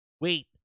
Wait